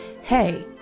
hey